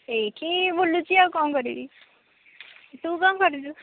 ଏହିଠି ବୁଲୁଛି ଆଉ କ'ଣ କରିବି ତୁ କ'ଣ କରୁଛୁ